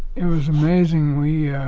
it was amazing. we yeah